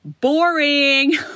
Boring